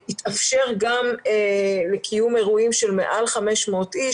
יתאפשר גם לקיום אירועים של מעל 500 איש,